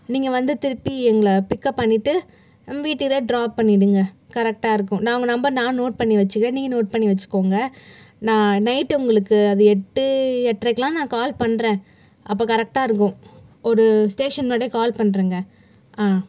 நீங்கள் வந்து திருப்பி எங்களை பிக்அப் பண்ணிவிட்டு வீட்டுல ட்ராப் பண்ணிவிடுங்க கரெக்டாக இருக்கும் நான் உங்கள் நம்பர் நானும் நோட் பண்ணி வச்சுக்கிறேன் நீங்கள் நோட் பண்ணி வச்சுக்கோங்க நான் நைட் உங்களுக்கு அது எட்டு எட்டற கெல்லாம் நான் கால் பண்ணுறேன் அப்போ கரெக்டாக இருக்கும் ஒரு ஸ்டேஷன் முன்னாடியே கால் பண்ணுறேங்க